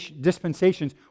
dispensations